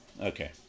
Okay